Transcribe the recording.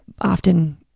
Often